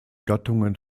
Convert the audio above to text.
gattungen